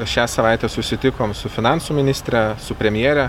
šią savaitę susitikom su finansų ministre su premjere